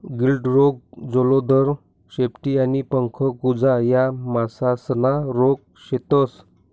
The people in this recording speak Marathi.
गिल्ड रोग, जलोदर, शेपटी आणि पंख कुजा या मासासना रोग शेतस